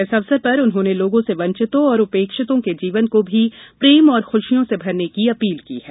इस अवसर पर उन्होंने लोगों से वंचितों और उपेक्षितों के जीवन को भी प्रेम और खुशियों से भरने की अपील की है